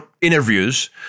interviews